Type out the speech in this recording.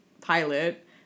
pilot